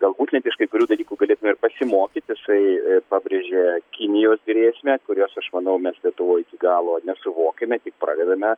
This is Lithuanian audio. galbūt net iš kai kurių dalykų galėtume ir pasimokyt jisai pabrėžė kinijos grėsmę kurios aš manau mes lietuvoj iki galo nesuvokiame tik pradedame